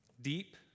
Deep